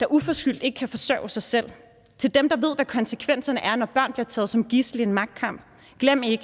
der uforskyldt ikke kan forsørge sig selv, og til dem, der ved, hvad konsekvenserne er, når børn bliver taget som gidsler i en magtkamp, vil jeg